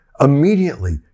Immediately